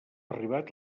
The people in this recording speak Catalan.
arribat